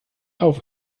auf